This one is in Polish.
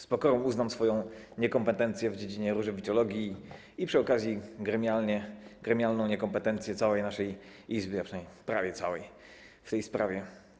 Z pokorą uznam swoją niekompetencję w dziedzinie różewiczologii i przy okazji gremialną niekompetencję całej naszej Izby, a przynajmniej prawie całej, w tej sprawie.